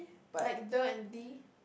like the and the